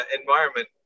environment